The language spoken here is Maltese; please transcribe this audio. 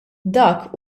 dak